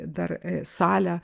dar salę